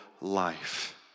life